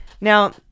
Now